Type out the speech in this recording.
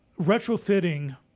retrofitting